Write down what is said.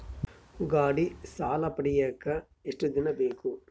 ಗಾಡೇ ಸಾಲ ಪಡಿಯಾಕ ಎಷ್ಟು ದಿನ ಬೇಕು?